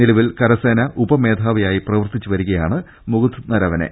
നിലവിൽ കരസേനാ ഉപ മേധാവിയായി പ്രവർത്തിച്ചു വരികയാണ് മുകുന്ദ് നരവനെ